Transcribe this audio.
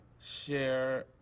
share